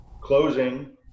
closing